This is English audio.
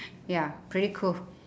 ya pretty cool